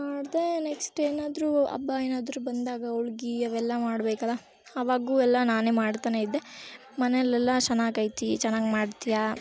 ಮಾಡಿದೆ ನೆಕ್ಸ್ಟ್ ಏನಾದ್ರೂ ಹಬ್ಬ ಏನಾದ್ರೂ ಬಂದಾಗ ಹೋಳ್ಗಿ ಅವೆಲ್ಲ ಮಾಡ್ಬೇಕಲ್ವ ಅವಾಗ್ಲೂ ಎಲ್ಲ ನಾನೇ ಮಾಡ್ತಲೇ ಇದ್ದೆ ಮನೆಯಲ್ಲೆಲ್ಲ ಚೆನ್ನಾಗೈತಿ ಚೆನ್ನಾಗಿ ಮಾಡ್ತೀಯ